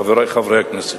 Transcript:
חברי הכנסת.